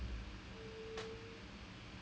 this [one] is err